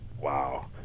Wow